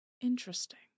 Interesting